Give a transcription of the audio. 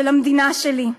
של המדינה שלי,